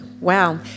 Wow